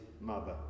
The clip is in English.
mother